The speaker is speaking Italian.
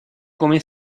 come